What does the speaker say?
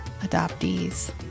adoptees